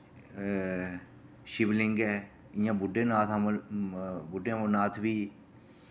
शिवलिंग ऐ इयां बुड्ढे नाथ अमर बुड्ढे अमरनाथ बी